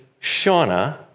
Shauna